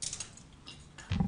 הזה.